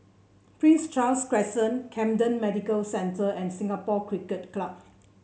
Prince Charles Crescent Camden Medical Center and Singapore Cricket Club